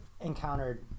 encountered